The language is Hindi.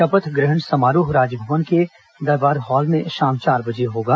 शपथ ग्रहण समारोह राजभवन के दरबार हाल में शाम चार बजे होगा